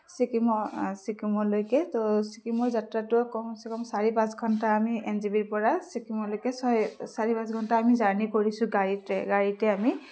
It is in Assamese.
ছিক্কিমৰ ছিক্কিমলৈকে তহ ছিক্কিমৰ যাত্ৰাটোৱে কমচে কম চাৰি পাঁচ ঘণ্টা আমি এনজেপিৰ পৰা ছিক্কিমলৈকে ছয় চাৰি পাছ ঘণ্টা আমি জাৰ্নি কৰিছোঁ গাড়ীতে গাড়ীতে আমি